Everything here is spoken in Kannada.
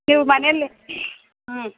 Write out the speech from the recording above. ನೀವು ಮನೇಲಿ ಹ್ಞೂ